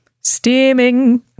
steaming